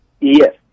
Yes